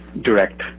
direct